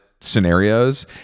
scenarios